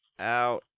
out